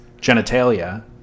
genitalia